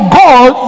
god